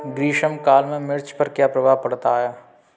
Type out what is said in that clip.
ग्रीष्म काल में मिर्च पर क्या प्रभाव पड़ता है?